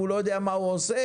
הוא לא יודע מה הוא עושה?